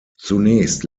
zunächst